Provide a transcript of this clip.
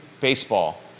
baseball